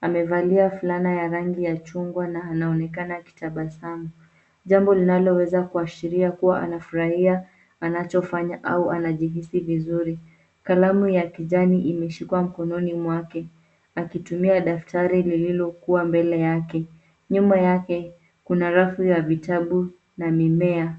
amevalia fulana ya rangi ya chungwa na anaonekana akitabasamu. Jambo linalo weza kuashiria kuwa anafurahia anachofanya au anajihisi vizuri. Kalamu ya kijani imeshikwa mkononi mwake akitumia daftari lililokuwa mbele yake nyuma yake, kuna rafu ya vitabu na mimea.